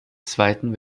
zweiten